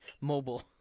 Mobile